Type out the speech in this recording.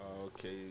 Okay